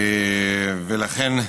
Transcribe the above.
לכן,